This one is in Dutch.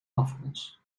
afkomst